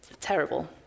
Terrible